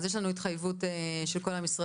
אז יש לנו התחייבות של כל המשרדים,